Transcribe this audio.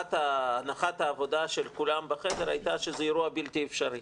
שהנחת העבודה של כולם בחדר הייתה שזה אירוע בלתי אפשרי.